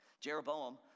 Jeroboam